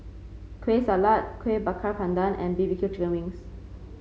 Kueh Salat Kuih Bakar Pandan and B B Q Chicken Wings